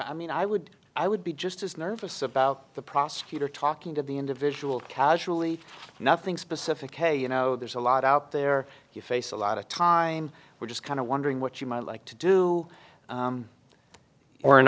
i mean i would i would be just as nervous about the prosecutor talking to the individual casually nothing specific hey you know there's a lot out there you face a lot of time we're just kind of wondering what you might like to do or an